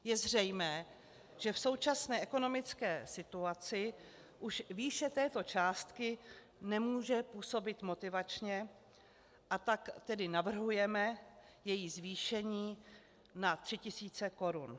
Je zřejmé, že v současné ekonomické situaci už výše této částky nemůže působit motivačně, a tak tedy navrhujeme její zvýšení na 3 tisíce korun.